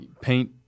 Paint